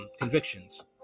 convictions